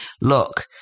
look